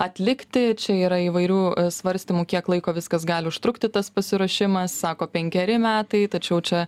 atlikti čia yra įvairių svarstymų kiek laiko viskas gali užtrukti tas pasiruošimas sako penkeri metai tačiau čia